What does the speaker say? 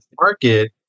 market